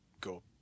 go